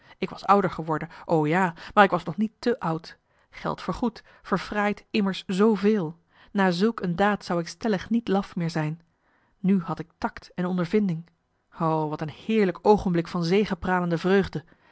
ik was ouder geworden o ja maar ik was nog niet te oud geld vergoedt verfraait immers zveel na zulk een daad zou ik stellig niet laf meer zijn nu had ik takt en ondervinding o wat een heerlijk oogenblik van zegepralende vreugde